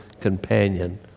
companion